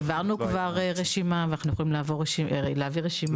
-- העברנו רשימה ואנחנו יכולים להעביר רשימה